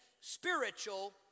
spiritual